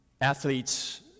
Athletes